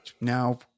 now